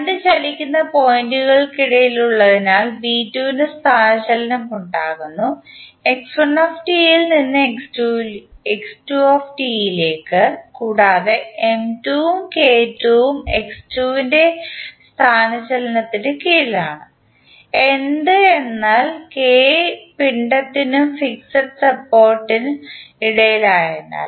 രണ്ട് ചലിക്കുന്ന പോയിന്റുകൾക്കിടയിലുള്ളതിനാൽ ബി 2 നു സ്ഥാനചലനം ഉണ്ടാകുന്നു x1 ൽ നിന്ന് x2 ലേക്ക് കൂടാതെ M2 ഉം K ഉം എന്ത് എന്നാൽ കെ പിണ്ഡത്തി നും ഫിക്സഡ് സപ്പോർട്ട് ഇടയിലായതിനാൽ